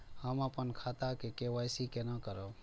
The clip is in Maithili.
हम अपन खाता के के.वाई.सी केना करब?